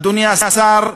אדוני השר,